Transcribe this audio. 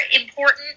important